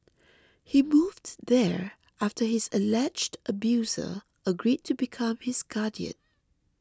he moved there after his alleged abuser agreed to become his guardian